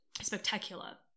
spectacular